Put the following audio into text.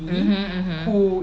mmhmm mmhmm